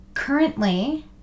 Currently